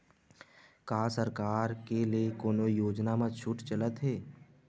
का सरकार के ले कोनो योजना म छुट चलत हे?